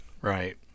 right